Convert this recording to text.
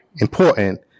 important